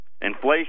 Inflation